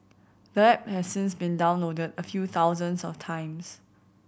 the app has since been downloaded a few thousands of times